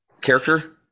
character